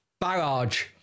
Barrage